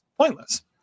pointless